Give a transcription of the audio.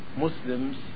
Muslims